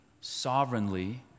sovereignly